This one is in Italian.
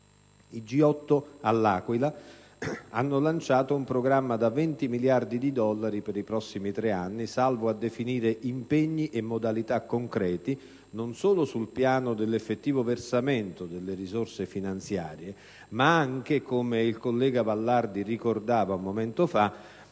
I G8 all'Aquila hanno lanciato un programma da 20 miliardi di dollari per i prossimi tre anni, salvo a definire impegni e modalità concreti non solo sul piano dell'effettivo versamento delle risorse finanziarie, ma anche, come ricordava il collega